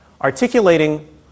articulating